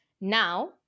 Now